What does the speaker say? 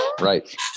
right